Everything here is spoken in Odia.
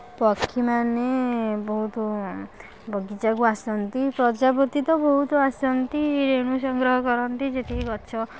ପକ୍ଷୀ ମାନେ ବହୁତ ବଗିଚା କୁ ଆସନ୍ତି ପ୍ରଜାପତି ତ ବହୁତ ଆସନ୍ତି ରେଣୁ ସଂଗ୍ରହ କରନ୍ତି ଯେତିକି ଗଛ